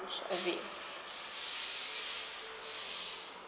a bit